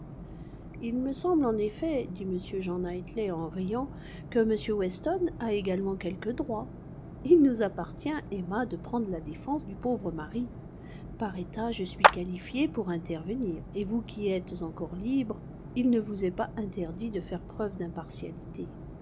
il me semble en effet dit m jean knightley en riant que m weston a également quelques droits il nous appartient emma de prendre la défense du pauvre mari par état je suis qualifié pour intervenir et vous qui êtes encore libre il ne vous est pas interdit de faire preuve d'impartialité